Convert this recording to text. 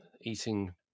eating